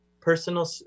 personal